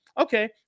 okay